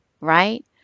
right